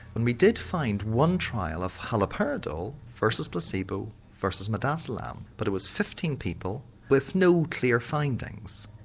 and we did find one trial of haloperidol versus placebo, versus midazolam, but it was fifteen people with no clear findings.